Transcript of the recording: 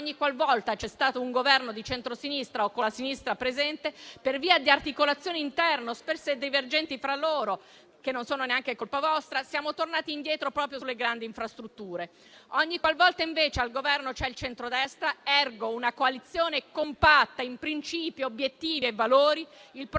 ogniqualvolta c'è stato un Governo di centrosinistra o con la sinistra presente, per via di articolazioni interne spesso divergenti fra loro, che non sono neanche colpa vostra, siamo tornati indietro proprio sulle grandi infrastrutture. Ogniqualvolta, invece, al Governo c'è il centrodestra - *ergo* una coalizione compatta in principi, obiettivi e valori - il progetto